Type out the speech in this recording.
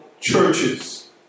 churches